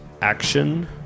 action